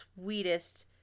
sweetest